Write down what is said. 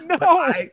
No